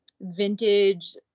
vintage